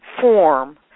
form